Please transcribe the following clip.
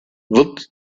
wird